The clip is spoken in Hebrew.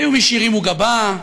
היו מי שהרימו גבה,